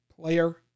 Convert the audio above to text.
player